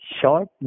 short